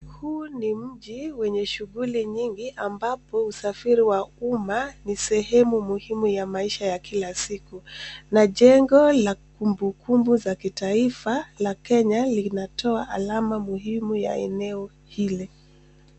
Huu ni mji wenye shughuli nyingi ambapo usafiri wa umma ni sehemu muhimu ya maisha ya kila siku na jengo la kumbukumbu za kitaifa la Kenya linatoa alama muhimu ya eneo ile.